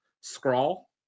Scrawl